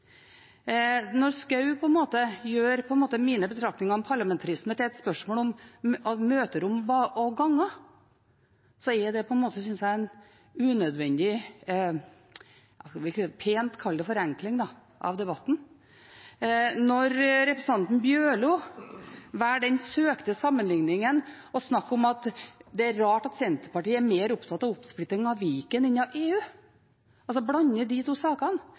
Når Schou gjør mine betraktninger om parlamentarisme til et spørsmål om møterom og ganger, synes jeg det er en unødvendig forenkling av debatten. Når representanten Bjørlo velger den søkte sammenligningen å snakke om at det er rart at Senterpartiet er mer opptatt av oppsplitting av Viken enn av EU – å blande de to sakene,